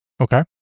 Okay